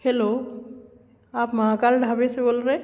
hello आप महाकाल ढाबे से बोल रहे हैं